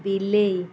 ବିଲେଇ